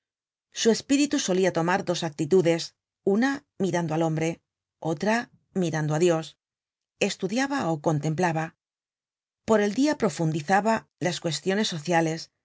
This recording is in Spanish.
su espíritu solia tomar dos actitudes una mirando al hombre otra mirando á dios estudiaba ó contemplaba por el dia profundizaba las cuestiones sociales